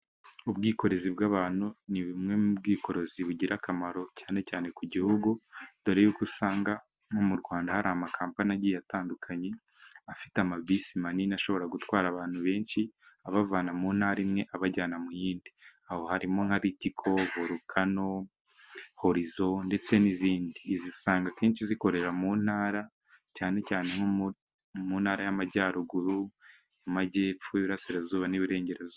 Ubwikorezi bw'abantu ni bumwe mu bwikorezi bugira akamaro cyane cyane ku gihugu dore yuko usanga no mu Rwanda hari amakampani agiye atandukanye afite amabisi manini ashobora gutwara abantu benshi abavana mu ntara imwe abajyana mu yindi .Aho harimo nka litiko, volukano, horizo ndetse n'izindi . Izi usanga akenshi zikorera mu ntara cyane cyane nko mu ntara y'amajyaruguru, mu majyepfo y'irasirazuba n'iburengerazuba.